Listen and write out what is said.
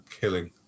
killing